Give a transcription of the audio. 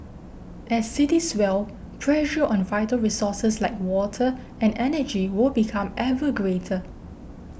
as cities swell pressure on vital resources like water and energy will become ever greater